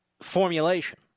formulation